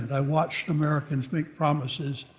i watched americans make promises